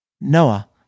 Noah